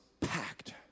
packed